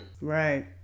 Right